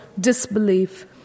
disbelief